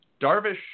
Darvish